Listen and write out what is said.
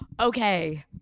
Okay